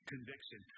Conviction